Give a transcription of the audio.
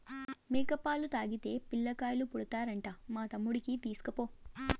మేక పాలు తాగితే పిల్లకాయలు పుడతారంట మా తమ్ముడికి తీస్కపో